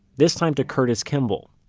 this time to curtis kimball.